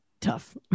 Tough